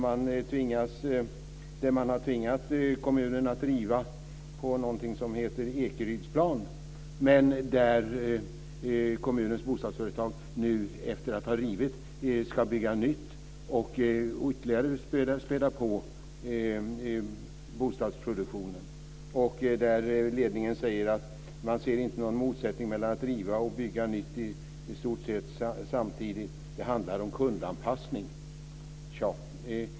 Man har tvingat kommunen att riva hus i området Ekerydsplan, men nu ska kommunens bostadsföretag, efter att ha rivit, bygga nytt och därigenom ytterligare öka bostadsproduktionen. Ledningen säger att man inte ser någon motsättning mellan att riva och bygga nytt i stort sett samtidigt. Det handlar om kundanpassning.